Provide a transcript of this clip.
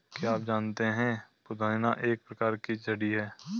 क्या आप जानते है पुदीना एक प्रकार की जड़ी है